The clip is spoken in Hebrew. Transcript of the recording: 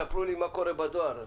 תספרו לי מה קורה בדואר,